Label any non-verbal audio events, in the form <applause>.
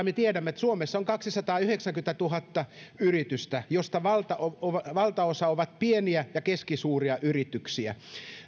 <unintelligible> me tiedämme että suomessa on kaksisataayhdeksänkymmentätuhatta yritystä joista valtaosa valtaosa on pieniä ja keskisuuria yrityksiä